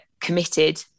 committed